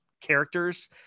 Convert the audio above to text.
characters